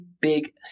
big